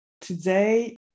today